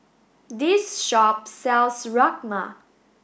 this shop sells Rajma